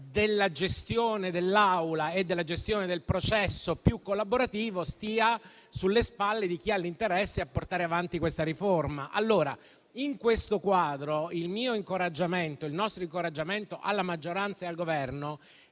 della gestione dell'Aula e della gestione di un processo più collaborativo stia sulle spalle di chi ha interesse a portare avanti questa riforma. In questo quadro, il mio e il nostro incoraggiamento alla maggioranza e al Governo